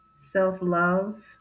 self-love